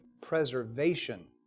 preservation